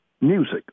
music